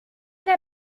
der